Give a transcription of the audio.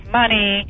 money